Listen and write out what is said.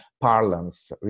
parlance